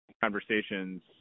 conversations